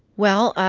well,